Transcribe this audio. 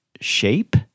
Shape